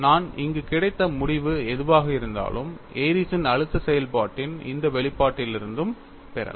நான் இங்கு கிடைத்த முடிவு எதுவாக இருந்தாலும் ஏரிஸ்ன் Airy's அழுத்த செயல்பாட்டின் இந்த வெளிப்பாட்டிலிருந்தும் பெறலாம்